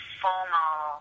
formal